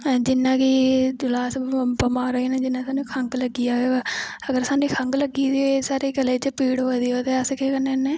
जियां कि अस कुदै बमार होई जन्ने जियां साह्नू खंघ लग्गी जा अगर साह्नू खंघ लग्गी दी होऐ साढ़े गले च पीड़ होआ दी होऐ ते अस केह् करने होन्ने